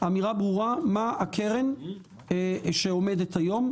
אמירה ברורה מה הקרן שעומדת היום,